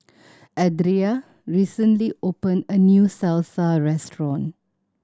Adria recently opened a new Salsa Restaurant